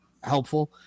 helpful